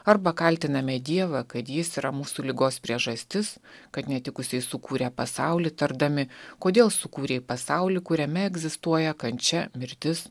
arba kaltiname dievą kad jis yra mūsų ligos priežastis kad netikusiai sukūrė pasaulį tardami kodėl sukūrei pasaulį kuriame egzistuoja kančia mirtis